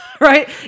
Right